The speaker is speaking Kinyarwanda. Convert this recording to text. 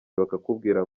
bakakubwira